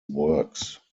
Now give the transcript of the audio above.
works